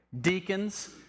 Deacons